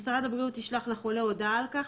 משרד הבריאות ישלח לחולה הודעה על כך